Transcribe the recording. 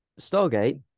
Stargate